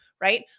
Right